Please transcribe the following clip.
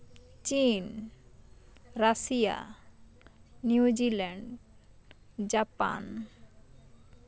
ᱪᱤᱱ Russia New Zealand Japan